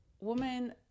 woman